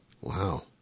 Wow